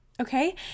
Okay